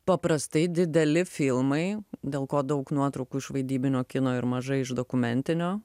paprastai dideli filmai dėl ko daug nuotraukų iš vaidybinio kino ir mažai iš dokumentinio